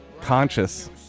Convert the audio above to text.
Conscious